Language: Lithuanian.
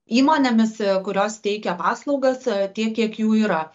įmonėmis kurios teikia paslaugas tiek kiek jų yra